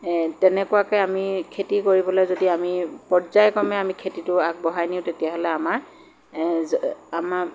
তেনেকুৱাকৈ আমি খেতি কৰিবলৈ যদি আমি পৰ্যায়ক্ৰমে আমি খেতিটো আগবঢ়াই নিওঁ তেতিয়াহ'লে আমাৰ আমাৰ